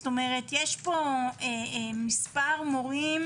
יש פה מספר מורים